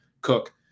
Cook